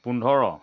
পোন্ধৰ